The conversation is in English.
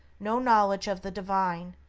no knowledge of the divine,